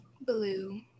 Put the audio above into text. Blue